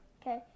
Okay